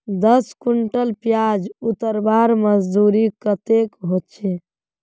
दस कुंटल प्याज उतरवार मजदूरी कतेक होचए?